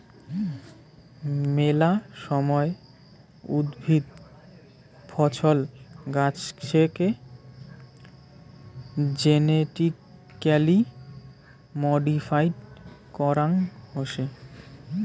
মেলা সময় উদ্ভিদ, ফছল, গাছেকে জেনেটিক্যালি মডিফাইড করাং হসে